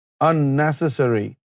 unnecessary